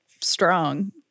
strong